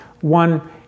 One